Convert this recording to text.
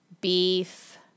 beef